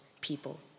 people